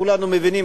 כולנו מבינים,